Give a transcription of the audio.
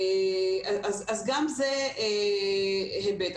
אז גם זה היבט.